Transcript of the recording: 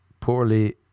poorly